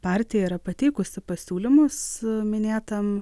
partija yra pateikusi pasiūlymus minėtam